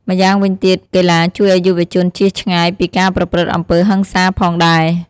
ម្យ៉ាងវិញទៀត កីឡាជួយឲ្យយុវជនជៀសឆ្ងាយពីការប្រព្រឹត្តអំពើហិង្សាផងដែរ។